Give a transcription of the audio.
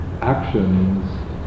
actions